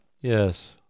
Yes